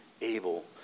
able